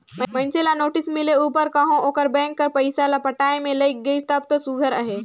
मइनसे ल नोटिस मिले उपर में कहो ओहर बेंक कर पइसा ल पटाए में लइग गइस तब दो सुग्घर अहे